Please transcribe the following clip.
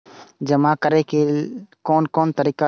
जमा करै के कोन तरीका छै?